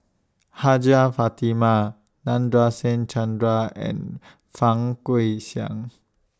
Hajjah Fatimah Nadasen Chandra and Fang Guixiang